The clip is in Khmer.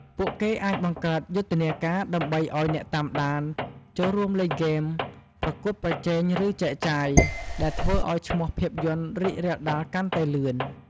ពួកគេអាចបង្កើតយុទ្ធនាការដើម្បីឱ្យអ្នកតាមដានចូលរួមលេងហ្គេម ប្រកួតប្រជែង ឬចែកចាយ ដែលធ្វើឱ្យឈ្មោះភាពយន្តរីករាលដាលកាន់តែលឿន។